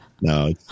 No